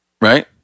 right